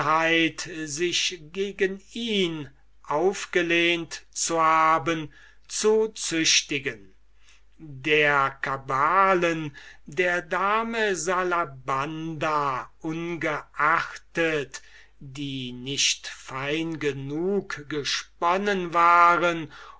sich gegen ihn aufgelehnt zu haben zu züchtigen der kabalen der dame salabanda ungeachtet die nicht fein genug gesponnen waren